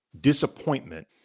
disappointment